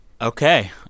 okay